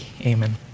amen